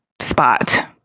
spot